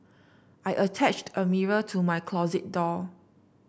I attached a mirror to my closet door